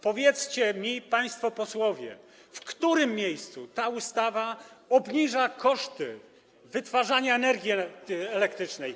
Powiedzcie mi państwo posłowie, w którym miejscu ta ustawa obniża koszty wytwarzania energii elektrycznej?